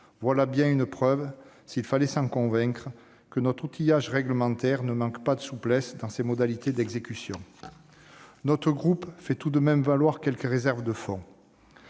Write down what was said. Voilà bien une preuve, s'il fallait nous en convaincre, que notre outillage réglementaire ne manque pas de souplesse dans ses modalités d'exécution. Notre groupe fait tout de même valoir quelques réserves de fond.